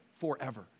forever